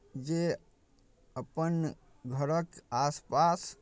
जे अपन घरक आस पास